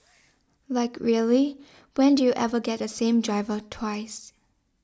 like really when do you ever get the same driver twice